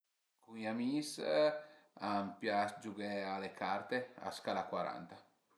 Cun i amis an pias giughè a le carte, a scala cuaranta